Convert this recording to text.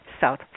South